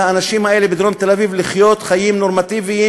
הוא פוגע בזכותם של האנשים האלה בדרום תל-אביב לחיות חיים נורמטיביים,